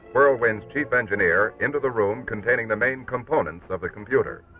whirlwind's chief engineer into the room containing the main components of the computer.